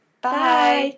Bye